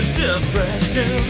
depression